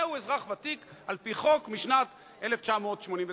זהו אזרח ותיק על-פי חוק משנת 1989, כמדומני.